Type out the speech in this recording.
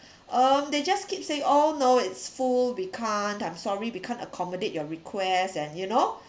um they just keep saying oh no it's full we can't I'm sorry we can't accommodate your request and you know